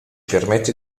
permette